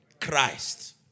Christ